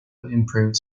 improved